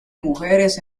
mujeres